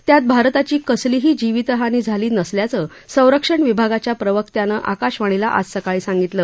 त्यात भारताची कसलीही जीवितहानी झाली नसल्याचं संरक्षण विभागाच्या प्रवक्त्यानं आकाशवाणीला आज सकाळी सांगितलं